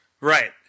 right